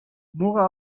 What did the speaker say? muga